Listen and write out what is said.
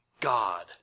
God